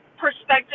perspective